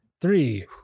three